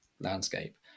landscape